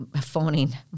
phoning